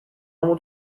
ώμο